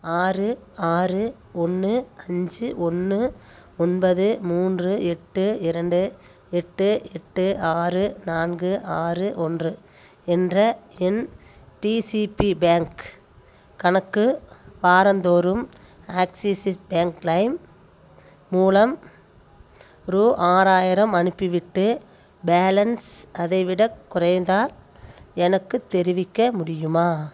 ஆறு ஆறு ஒன்று அஞ்சு ஒன்று ஒன்பது மூன்று எட்டு இரண்டு எட்டு எட்டு ஆறு நான்கு ஆறு ஒன்று என்ற என் டிசிபி பேங்க் கணக்கு வாரந்தோறும் ஆக்ஸிஸிஸ் பேங்க் லைம் மூலம் ரூ ஆறாயிரம் அனுப்பிவிட்டு பேலன்ஸ் அதைவிடக் குறைந்தால் எனக்குத் தெரிவிக்க முடியுமா